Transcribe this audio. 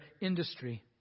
industry